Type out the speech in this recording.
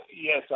yes